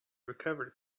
recovered